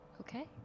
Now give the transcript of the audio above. okay